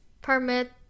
permit